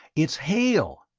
it's hail!